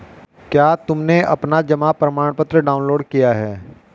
क्या तुमने अपना जमा प्रमाणपत्र डाउनलोड किया है?